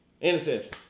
Interception